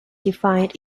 defined